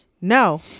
No